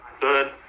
Good